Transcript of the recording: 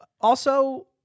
Also-